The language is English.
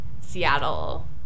Seattle